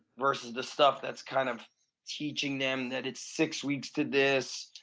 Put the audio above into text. versus the stuff that's kind of teaching them that it's six weeks to this,